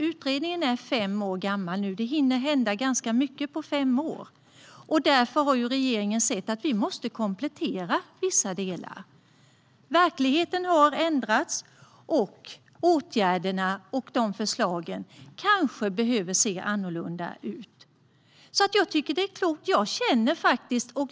Utredningen är fem år gammal nu, och det hinner hända ganska mycket på fem år. Därför anser regeringen att vi måste komplettera vissa delar. Verkligheten har ändrats, och åtgärderna och förslagen kanske behöver se annorlunda ut. Jag tycker att det är klokt.